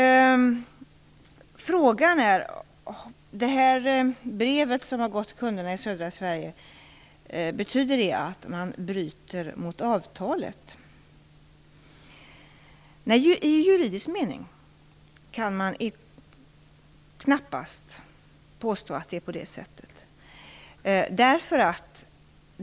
Betyder det brev som har gått ut till kunderna i södra Sverige att man bryter mot avtalet? I juridisk mening kan man knappast påstå att det är på det sättet.